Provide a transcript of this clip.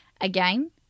Again